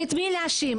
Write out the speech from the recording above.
את מי להאשים?